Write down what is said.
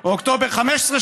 או באוקטובר 2015,